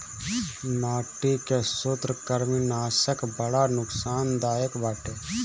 माटी के सूत्रकृमिनाशक बड़ा नुकसानदायक बाटे